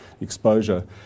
exposure